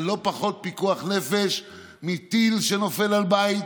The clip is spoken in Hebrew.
זה לא פחות פיקוח נפש מטיל שנופל על בית,